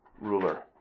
ruler